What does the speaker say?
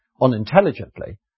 unintelligently